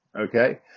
okay